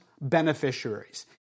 beneficiaries